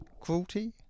cruelty